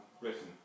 written